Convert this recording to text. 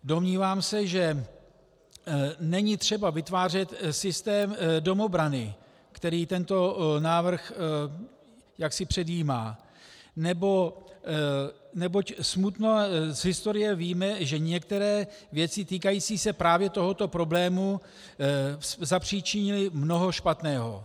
Domnívám se, že není třeba vytvářet systém domobrany, který tento návrh jaksi předjímá, neboť z historie víme, že některé věci týkající se právě tohoto problému zapříčinily mnoho špatného.